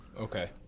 okay